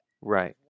right